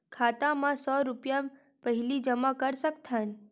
खाता मा सौ रुपिया पहिली जमा कर सकथन?